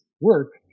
work